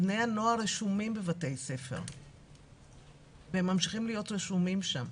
בני הנוער רשומים בבתי הספר והם ממשיכים להיות רשומים שם.